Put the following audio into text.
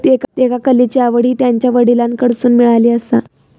त्येका कलेची आवड हि त्यांच्या वडलांकडसून मिळाली आसा